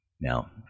Now